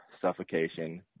Suffocation